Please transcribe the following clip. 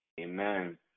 Amen